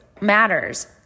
matters